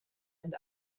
and